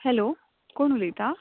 hello कोण उलयता